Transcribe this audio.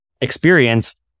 experience